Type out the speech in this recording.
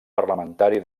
parlamentari